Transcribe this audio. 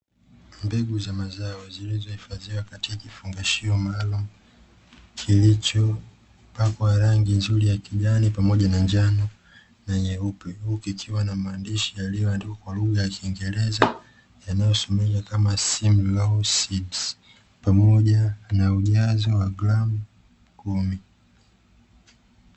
Mbegu za mazao zilizohifadhiwa katika kifungashio maalumu, kilichopakwa rangi nzuri ya kijani pamoja na njano na nyeupe, huku ikiwa na maandishi yaliyoandikwa kwa lugha ya kingereza yanayosomeka kama {Simlaw seeds} pamoja na ujazo wa gramu kumi.